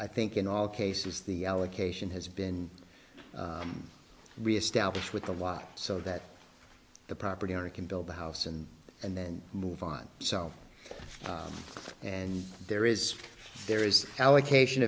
i think in all cases the allocation has been reestablished with the law so that the property owner can build the house and and then move on so and there is there is allocation